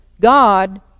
God